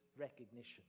recognition